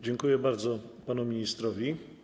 Dziękuję bardzo panu ministrowi.